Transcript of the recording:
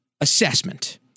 assessment